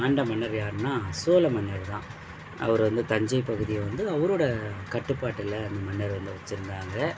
ஆண்ட மன்னர் யாருன்னா சோழ மன்னர் தான் அவரு வந்து தஞ்சைப் பகுதியை வந்து அவரோட கட்டுப்பாட்டில் அந்த மன்னர் வந்து வச்சுருந்தாங்க